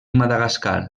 madagascar